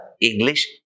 English